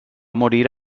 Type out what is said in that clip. morir